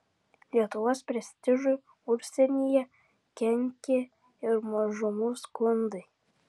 lietuvos prestižui užsienyje kenkė ir mažumų skundai